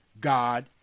God